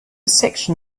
section